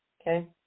Okay